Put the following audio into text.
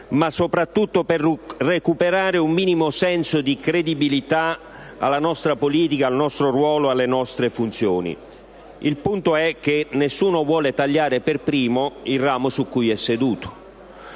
ma soprattutto per far recuperare un minimo senso di credibilità alla nostra politica, al nostro ruolo e alle nostre funzioni. Il punto è che nessuno vuole tagliare per primo il ramo su cui è seduto.